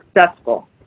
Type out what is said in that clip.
successful